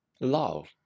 Love